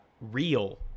real